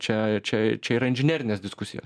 čia čia čia yra inžinerinės diskusijos